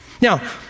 Now